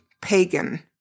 pagan